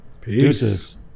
Peace